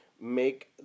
make